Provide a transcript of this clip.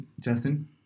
Justin